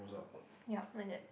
yup like that